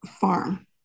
farm